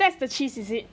that's the cheese is it